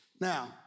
Now